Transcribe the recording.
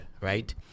Right